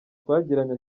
twagiranye